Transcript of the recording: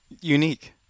unique